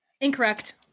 Incorrect